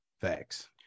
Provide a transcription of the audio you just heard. Facts